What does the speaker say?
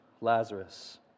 Lazarus